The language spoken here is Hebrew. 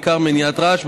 בעיקר מניעת רעש,